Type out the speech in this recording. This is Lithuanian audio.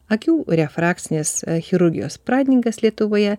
akių refrakcinės chirurgijos pradininkas lietuvoje